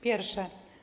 Pierwsze.